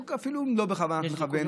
או אפילו לא בכוונת מכוון,